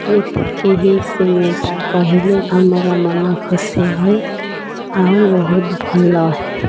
ଏତିକି ହିଁ ସେ ନେତା କହିଲେ ଆମର ମନ ଖୁସି ହୁଏ ଆଉ ବହୁତ ଭଲ